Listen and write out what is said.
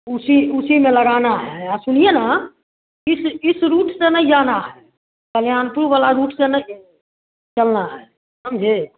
उसी उसी में लगाना है और सुनिए ना इस इस रूट से नहीं जाना है कल्याणपुर वाला रूट से नहीं चलना है समझें